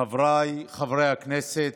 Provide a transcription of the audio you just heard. חבריי חברי הכנסת,